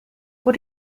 what